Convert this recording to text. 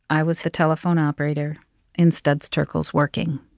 i was a telephone operator in studs terkel's working.